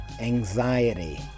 anxiety